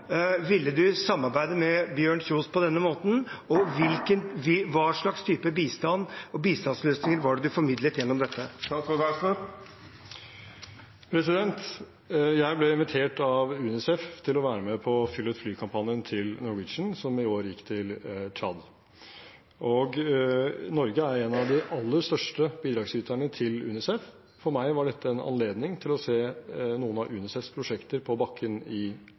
ville han samarbeide med Bjørn Kjos på denne måten, og hva slags type bistand og bistandsløsninger var det han formidlet gjennom dette? Jeg ble invitert av UNICEF til å være med på Fyll et fly-kampanjen til Norwegian som i år gikk til Tsjad. Norge er en av de aller største bidragsyterne til UNICEF. For meg var dette en anledning til å se noen av UNICEFs prosjekter på bakken i